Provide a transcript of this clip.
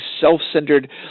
self-centered